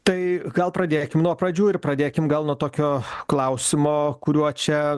tai gal pradėkim nuo pradžių ir pradėkim gal nuo tokio klausimo kuriuo čia